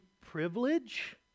privilege